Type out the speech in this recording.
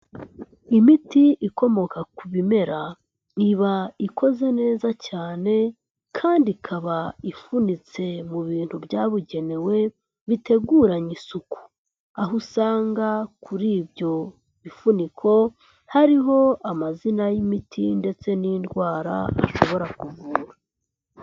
Imiti ikomoka ku bimera, iba ikoze neza cyane, kandi ikaba ifunitse mu bintu byabugenewe, biteguranye isuku. Aho usanga kuri ibyo bifuniko, hariho amazina y'imiti, ndetse n'indwara, ashobora kuvura.